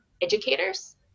educators